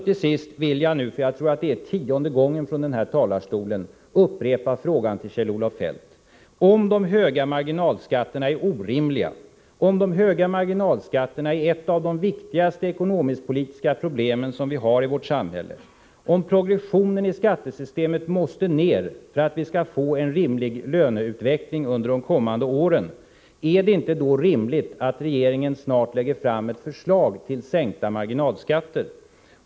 Till sist vill jag — jag tror det är tionde gången från denna talarstol — upprepa följande fråga till Kjell-Olof Feldt: Om de höga marginalskatterna är orimliga, om de är ett av de viktigaste ekonomisk-politiska problem som vi har i samhället, och om progressionen i skattesystemet måste ned för att vi skall få en rimlig löneutveckling under de kommande åren, är det då inte rimligt att regeringen snart framlägger ett förslag till sänkta marginalskatter?